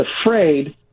afraid